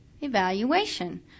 evaluation